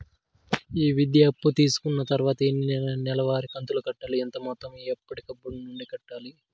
ఈ విద్యా అప్పు తీసుకున్న తర్వాత ఎన్ని నెలవారి కంతులు కట్టాలి? ఎంత మొత్తం ఎప్పటికప్పుడు నుండి కట్టాలి?